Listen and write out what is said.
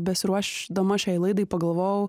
besiruošdama šiai laidai pagalvojau